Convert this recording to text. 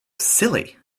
silly